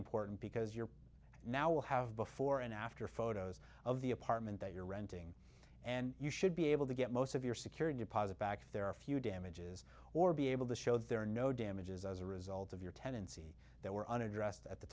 important because you're now will have before and after photos of the apartment that you're renting and you should be able to get most of your security deposit back if there are a few damages or be able to show there are no damages as a result of your tenancy there were unaddressed at the